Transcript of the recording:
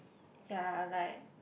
ya like